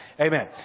Amen